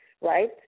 right